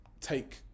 take